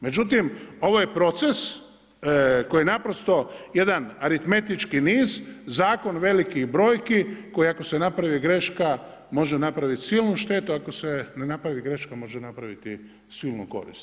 Međutim, ovo je proces koji naprosto jedan aritmetički niz, zakon velikih brojki koji ako se napravi greška može napraviti silnu štetu, ako se ne napravi greška, može napraviti silnu korist.